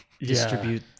Distribute